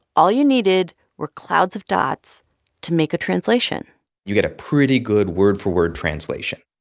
all you needed were clouds of dots to make a translation you get a pretty good word-for-word translation.